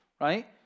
right